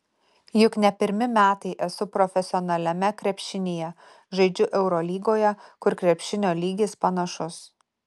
juk ne pirmi metai esu profesionaliame krepšinyje žaidžiu eurolygoje kur krepšinio lygis panašus